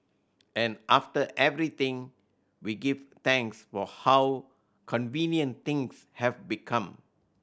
and after everything we give thanks for how convenient things have become